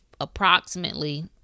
approximately